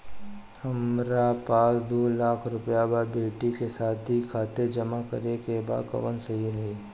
हमरा पास दू लाख रुपया बा बेटी के शादी खातिर जमा करे के बा कवन सही रही?